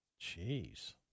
Jeez